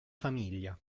famiglia